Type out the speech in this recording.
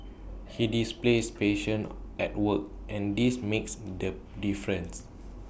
he displays patient at work and this makes the difference